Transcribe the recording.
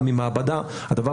ומטבע הדברים